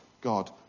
God